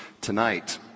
tonight